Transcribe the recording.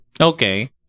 Okay